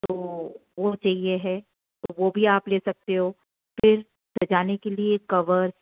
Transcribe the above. तो वह वह चाहिए है तो वह भी आप ले सकते हो फिर सजाने के लिए कवर